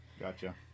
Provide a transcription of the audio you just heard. Gotcha